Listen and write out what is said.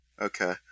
Okay